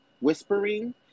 whispering